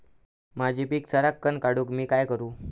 माझी पीक सराक्कन वाढूक मी काय करू?